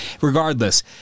Regardless